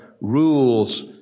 rules